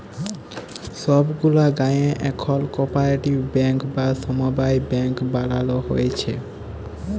ছব গুলা গায়েঁ এখল কপারেটিভ ব্যাংক বা সমবায় ব্যাংক বালালো হ্যয়েছে